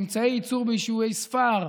אמצעי ייצור ביישובי ספר.